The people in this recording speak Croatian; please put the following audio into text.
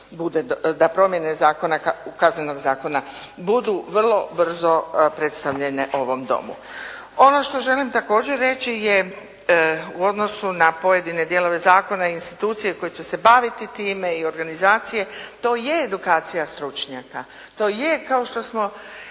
da promjene Kaznenog zakona budu vrlo brzo predstavljene ovom domu. Ono što želim također reći je u odnosu na pojedine dijelove zakona i institucije koje će se baviti time i organizacije. To je edukacija stručnjaka, to je kao što smo